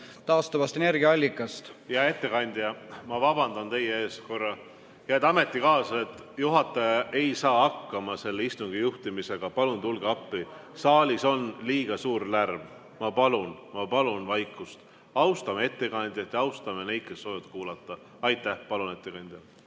taastuvast energiaallikast. Hea ettekandja, ma vabandan teie ees korra. Head ametikaaslased! Juhataja ei saa hakkama selle istungi juhtimisega. Palun tulge appi! Saalis on liiga suur lärm. Palun vaikust! Austame ettekandjat ja austame neid, kes soovivad kuulata. Aitäh! Palun, ettekandja!